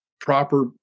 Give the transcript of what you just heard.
proper